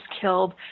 killed